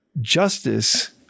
justice